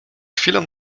chwilą